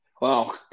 Wow